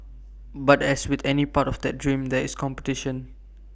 but as with any part of that dream there is competition